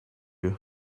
you